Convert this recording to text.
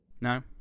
No